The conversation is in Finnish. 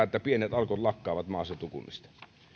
että pienet alkot lakkaavat maaseutukunnista